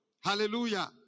Hallelujah